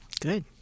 Good